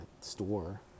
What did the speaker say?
store